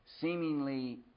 seemingly